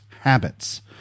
habits